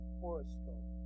horoscope